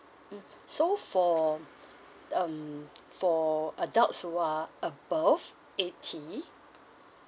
mm so for um for adults who are above eighty